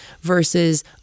versus